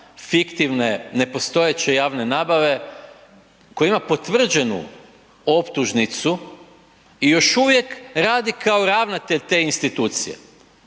fiktivne nepostojeće javne nabave, koji ima potvrđenu optužnicu i još uvijek radi kao ravnatelj te institucije.